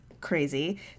crazy